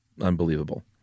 unbelievable